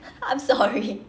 I'm sorry